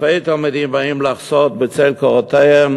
אלפי תלמידים באים לחסות בצל קורותיהן